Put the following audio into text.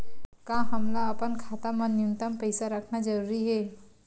का हमला अपन खाता मा न्यूनतम पईसा रखना जरूरी हे?